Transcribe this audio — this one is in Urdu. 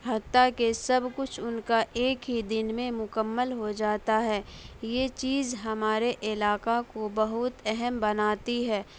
حتیٰ کہ سب کچھ ان کا ایک ہی دن میں مکمل ہو جاتا ہے یہ چیز ہمارے علاقہ کو بہت اہم بناتی ہے